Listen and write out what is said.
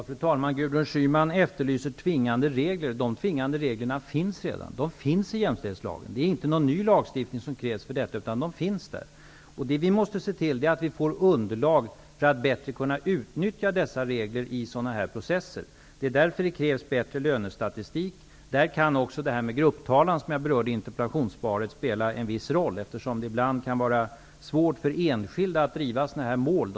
Fru talman! Gudrun Schyman efterlyser tvingande regler. De reglerna finns redan i jämställdhetslagen, och det krävs alltså inte någon ny lagstiftning. Det vi måste se till är att få underlag för att bättre kunna utnyttja dessa regler i sådana här processer. Det är därför som det krävs bättre lönestatistik. Där kan också grupptalan, som jag berörde i interpellationssvaret, spela en viss roll, eftersom det ibland kan vara svårt för enskilda att driva sådana här mål.